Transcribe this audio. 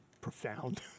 profound